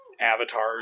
avatars